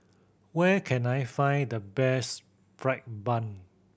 where can I find the best fried bun